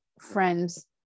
friends